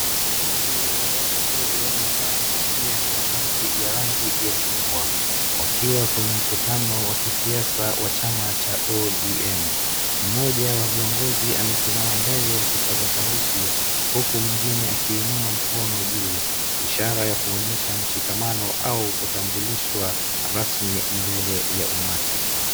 Kundi la watu wamevaa kofia na mavazi ya rangi ya chungwa wakiwa kwenye mkutano wa kisiasa wa chama cha ODM . Mmoja wa viongozi amesimama mbele ya kipaza sauti huku mwingine akiinua mkono juu ishara ya kuonyesha mshikamano au kutambulishwa rasmi mbele ya umati.